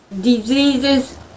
diseases